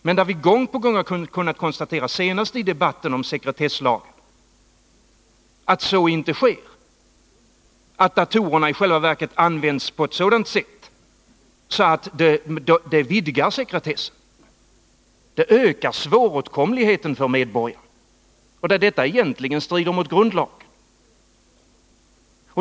Men här har vi gång på gång — senast i debatten om sekretesslagen — kunnat konstatera att så inte sker, utan att datorerna i själva verket används på ett sådant sätt att det vidgar sekretessen och ökar svåråtkomligheten för medborgarna, vilket egentligen strider mot grundlagen.